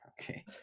Okay